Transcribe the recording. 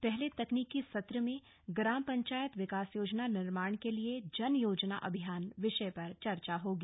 पहले तकनीकी सत्र में ग्राम पंचायत विकास योजना निर्माण के लिए जन योजना अभियान विषय पर चर्चा होगी